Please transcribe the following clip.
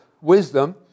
wisdom